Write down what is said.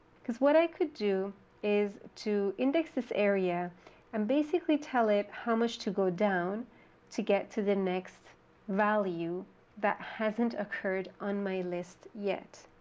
because what i could do is to index this area and basically tell it how much to go down to get to the next value that hasn't occurred on my list yet.